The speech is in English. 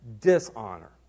Dishonor